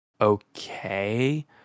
okay